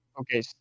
Okay